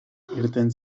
irten